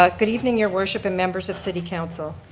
like good evening, your worship, and members of city council.